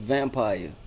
Vampire